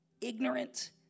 ignorant